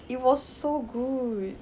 it was so good